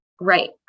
right